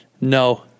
no